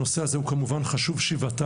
הנושא הוא הזה חשוב שבעתיים.